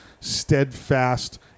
steadfast